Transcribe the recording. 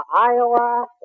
Iowa